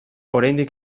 oraindik